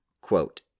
Quote